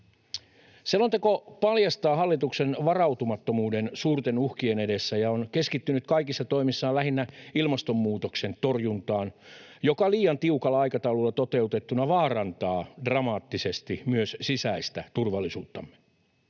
Selonteko paljastaa hallituksen varautumattomuuden suurten uhkien edessä ja on keskittynyt kaikissa toimissaan lähinnä ilmastonmuutoksen torjuntaan, joka liian tiukalla aikataululla toteutettuna vaarantaa dramaattisesti myös sisäistä turvallisuuttamme.